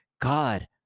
God